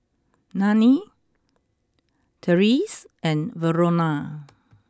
Nanie Tyrese and Verona